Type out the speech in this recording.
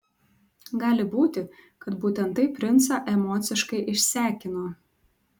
gali būti kad būtent tai princą emociškai išsekino